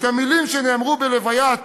את המילים שנאמרו בלוויות